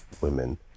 women